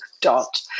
dot